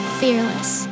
fearless